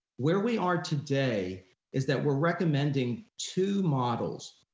where we are today is that we're recommending two models.